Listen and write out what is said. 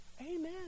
Amen